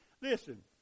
Listen